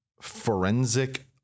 forensic